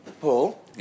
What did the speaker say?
Paul